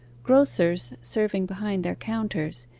grocers serving behind their counters,